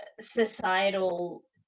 societal